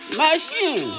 machine